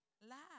Laugh